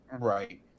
Right